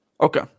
Okay